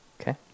Okay